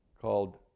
called